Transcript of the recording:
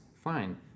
fine